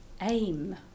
aim